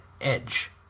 Edge